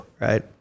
right